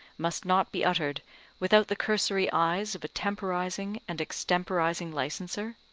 must not be uttered without the cursory eyes of a temporizing and extemporizing licenser?